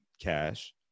cash